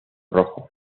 rojo